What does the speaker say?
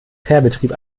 fährbetrieb